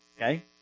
Okay